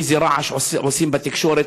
איזה רעש עושים בתקשורת,